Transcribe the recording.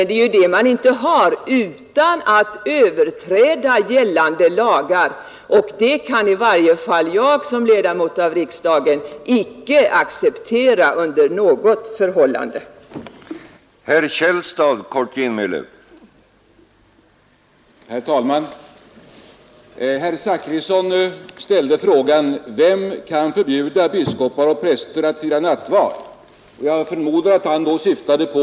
Det har de emellertid inte utan att överträda gällande lagar, och det kan i varje fall jag som ledamot av riksdagen inte under några förhållanden acceptera.